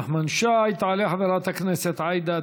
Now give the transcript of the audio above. נכון שמדינת ישראל מקפידה על ענייני הביטחון,